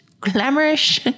glamorous